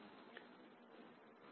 of the background task